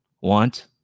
want